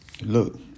look